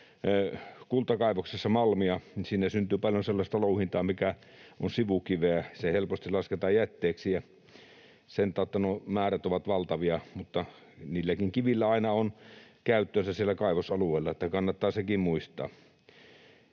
kultakaivoksessa malmia, niin sinä syntyy paljon sellaista louhintaa, mikä on sivukiveä. Se helposti lasketaan jätteeksi, ja sen tautta nuo määrät ovat valtavia, mutta niilläkin kivillä aina on käyttönsä siellä kaivosalueella, joten kannattaa sekin muistaa.